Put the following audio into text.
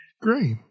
Great